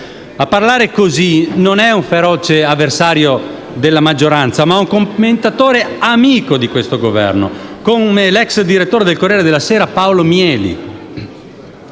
A parlare così non è un feroce avversario della maggioranza, ma un commentatore amico di questo Governo, come l'ex direttore de «Il Corriere della Sera», Paolo Mieli.